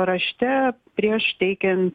rašte prieš teikiant